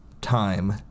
time